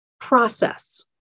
process